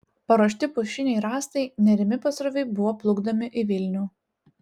paruošti pušiniai rąstai nerimi pasroviui buvo plukdomi į vilnių